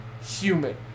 human